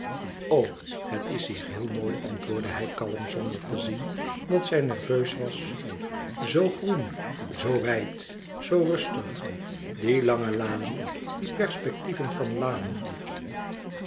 het is hier heel mooi antwoordde hij kalm zonder te zien dat zij nerveus was zoo groen zoo wijd zoo rustig die lange lanen die perspectieven van lanen